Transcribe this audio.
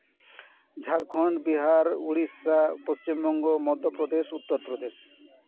Jharkhand Bihar Odisha Paschim Banga Madhya Pradesh Uttar Pradesh